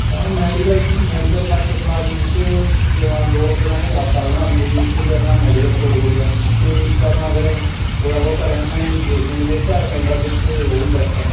ਹਾਂ ਮੈਡੀਕਲ ਥ medical purpose ਵਾਸਤੇ ਵਿੱਚ ਦੋਆਨ ਦੋ ਦੁਕਾਨਾਂ 'ਚ ਹਸਪਤਾਲ ਬਣਾ ਦੂੰਗੇ ਜੀ ਇੱਕ 'ਚ ਆਪਣਾ ਮੈਡੀਕਲ ਸਟੋਰ ਹੋ ਗਿਆ ਅਤੇ ਇੱਕ ਆਪਣਾ ਫਿਰ ਥੋੜ੍ਹਾ ਬਹੁਤਾ ਰਹਿਣ ਸਹਿਣ ਲਈ ਵੀ ਦੇਖ ਲੂੰਗੇ ਜੇ ਘਰ ਮਿਲਦਾ ਵਿੱਚ ਉਹ ਵੀ ਬੈਸਟ ਆ